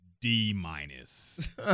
D-minus